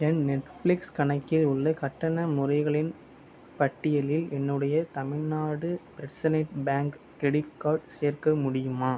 என் Netflix கணக்கில் உள்ள கட்டண முறைகளின் பட்டியலில் என்னுடைய தமிழ்நாடு மெர்சனைட்ல் பேங்க் கிரிடிட் கார்டு சேர்க்க முடியுமா